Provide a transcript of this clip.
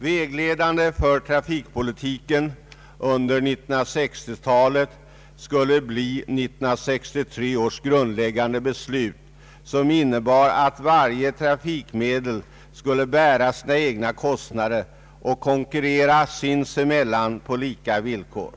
Vägledande för trafikpolitiken under 1960-talet skulle bli 1963 års grundläggande beslut, som innebar att varje trafikmedel skulle bära sina egna kostnader och konkurrera sinsemellan på lika villkor.